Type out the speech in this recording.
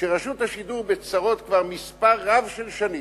כשרשות השידור בצרות כבר מספר רב של שנים,